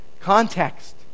context